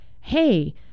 Hey